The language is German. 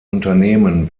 unternehmen